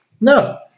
No